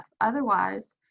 Otherwise